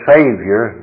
Savior